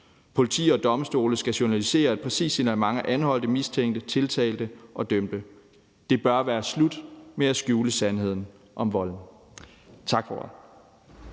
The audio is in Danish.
Politi og domstole skal journalisere et præcist signalement af anholdte, mistænkte, tiltalte og dømte. Det bør være slut med at skjule sandheden om volden. Tak for